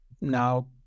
Now